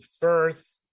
birth